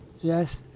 Yes